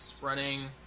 running